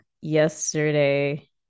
yesterday